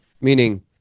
Meaning